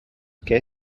que